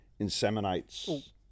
inseminates